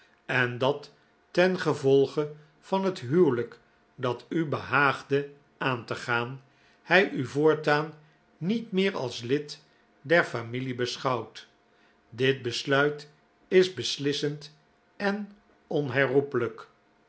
en dat tengevolge van het huwelijk dat u behaagde aan te gaan hij u voortaan niet meer als lid der familie beschouwt dit besluit is beslissend en onherroepelijk